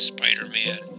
Spider-Man